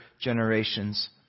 generations